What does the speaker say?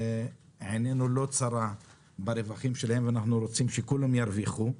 עינינו לא צרה ברווחים שלהם ואנחנו רוצים שכולם ירוויחו.